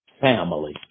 family